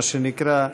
מה שנקרא,